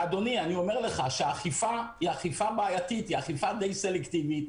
אדוני, אכיפה היא בעייתית, סלקטיבית.